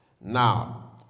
Now